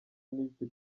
n’icyo